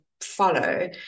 follow